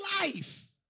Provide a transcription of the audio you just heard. life